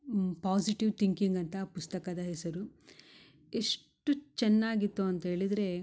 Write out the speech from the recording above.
positive thinking ಅಂತ ಆ ಪುಸ್ತಕದ ಹೆಸರು ಎಷ್ಟು ಚೆನ್ನಾಗಿತ್ತು ಅಂತೇಳಿದರೆ